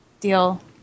deal